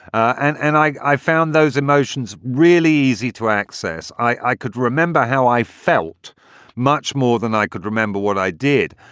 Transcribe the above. and and i i found those emotions really easy to access. i could remember how i felt much more than i could remember what i did.